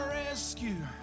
rescue